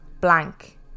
blank